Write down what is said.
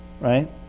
Right